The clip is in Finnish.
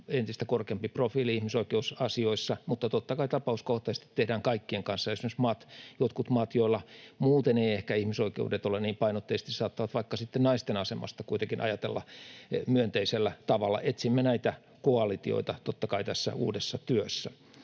entistä korkeampi profiili ihmisoikeusasioissa, mutta totta kai tapauskohtaisesti tehdään kaikkien kanssa. Esimerkiksi jotkut maat, joilla muuten ei ehkä ihmisoikeudet ole niin painotteisesti, saattavat vaikka sitten naisten asemasta kuitenkin ajatella myönteisellä tavalla. Etsimme näitä koalitioita totta kai tässä uudessa työssä.